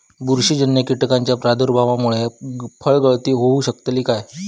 बुरशीजन्य कीटकाच्या प्रादुर्भावामूळे फळगळती होऊ शकतली काय?